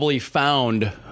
found